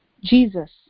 Jesus